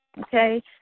okay